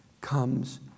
comes